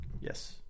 Yes